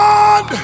God